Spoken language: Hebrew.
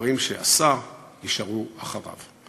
והדברים שעשה יישארו אחריו.